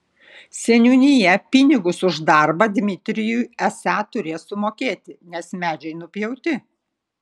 seniūnija pinigus už darbą dmitrijui esą turės sumokėti nes medžiai nupjauti